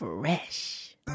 Fresh